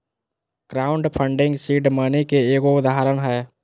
crowd funding seed money के एगो उदाहरण हय